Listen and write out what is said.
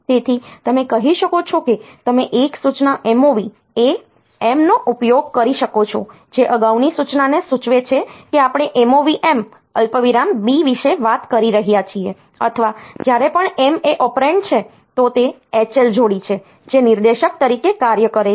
તેથી તમે કહી શકો છો કે તમે એક સૂચના MOV AM નો ઉપયોગ કરી શકો છો જે અગાઉની સૂચનાને સૂચવે છે કે આપણે MOV M અલ્પવિરામ B વિશે વાત કરી રહ્યા છીએ અથવા જ્યારે પણ M એ ઓપરેન્ડ છે તો તે H L જોડી છે જે નિર્દેશક તરીકે કાર્ય કરે છે